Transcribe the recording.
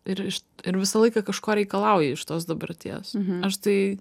ir ir visą laiką kažko reikalauji iš tos dabarties aš tai